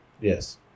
Yes